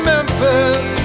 Memphis